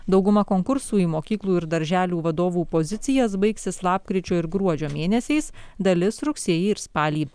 dauguma konkursų mokyklų ir darželių vadovų pozicijas baigsis lapkričio ir gruodžio mėnesiais dalis rugsėjį ir spalį